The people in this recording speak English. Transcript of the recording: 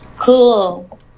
Cool